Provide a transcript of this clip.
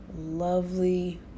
lovely